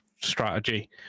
strategy